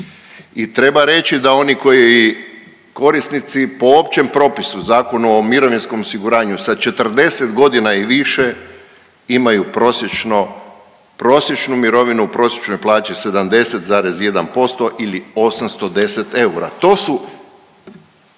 treba reći da oni koji korisnici po općem propisu Zakonu o mirovinskom osiguranju sa 40 godina i više imaju prosječno, prosječnu mirovinu u prosječnoj plaći 70,1% ili 810 eura.